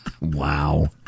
Wow